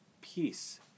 peace